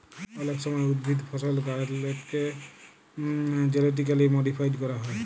অলেক সময় উদ্ভিদ, ফসল, গাহাচলাকে জেলেটিক্যালি মডিফাইড ক্যরা হয়